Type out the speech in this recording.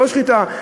לא שחיטה,